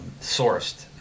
sourced